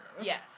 Yes